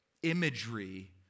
imagery